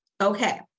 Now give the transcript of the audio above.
Okay